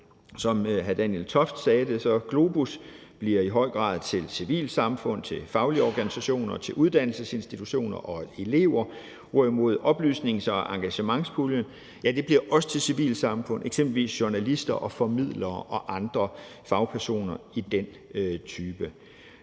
hr. Daniel Toft Jakobsen sagde det, bliver GLOBUS i høj grad til civilsamfund, til faglige organisationer, til uddannelsesinstitutioner og elever, mens oplysnings- og engagementspuljen bliver også til civilsamfundet, eksempelvis journalister og formidlere og andre fagpersoner af den type.